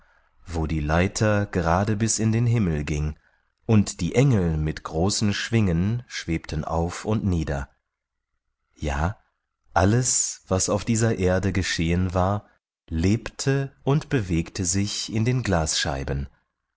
wo die leiter gerade bis in den himmel ging und die engel mit großen schwingen schwebten auf und nieder ja alles was auf dieser erde geschehen war lebte und bewegte sich in den glasscheiben